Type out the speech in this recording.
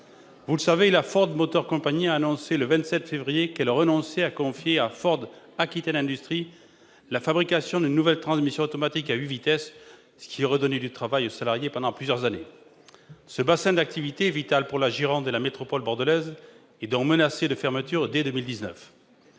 Il le sait, la Ford Motor Company a annoncé le 27 février dernier qu'elle renonçait à confier à Ford Aquitaine Industries la fabrication d'une nouvelle transmission automatique à huit vitesses, ce qui aurait donné du travail aux salariés pendant plusieurs années. Ce bassin d'activité, vital pour la Gironde et la métropole bordelaise, est donc menacé de fermeture dès 2019.